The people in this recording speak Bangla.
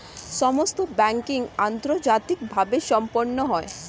সমস্ত ব্যাংকিং আন্তর্জাতিকভাবে সম্পন্ন হয়